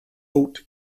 oat